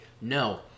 No